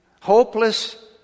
hopeless